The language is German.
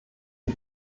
die